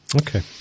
Okay